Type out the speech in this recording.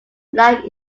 life